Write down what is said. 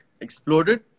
exploded